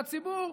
והציבור,